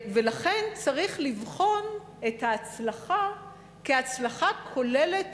לכן צריך לבחון את ההצלחה כהצלחה כוללת